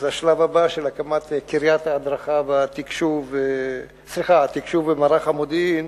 זה השלב הבא של הקמת התקשו"ב ומערך המודיעין,